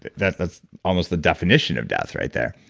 that's that's almost the definition of death right there,